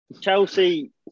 Chelsea